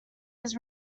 his